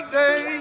day